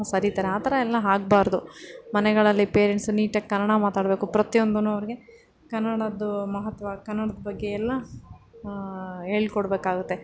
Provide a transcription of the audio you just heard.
ಸರೀತಾರೆ ಆ ಥರ ಎಲ್ಲ ಆಗ್ಬಾರದು ಮನೆಗಳಲ್ಲಿ ಪೇರೆಂಟ್ಸ್ ನೀಟಾಗಿ ಕನ್ನಡ ಮಾತಾಡಬೇಕು ಪ್ರತಿಯೊಂದೂ ಅವ್ರಿಗೆ ಕನ್ನಡದ್ದು ಮಹತ್ವ ಕನ್ನಡದ ಬಗ್ಗೆ ಎಲ್ಲ ಹೇಳ್ಕೊಡಬೇಕಾಗುತ್ತೆ